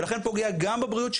ולכן פוגע גם בבריאות שלנו,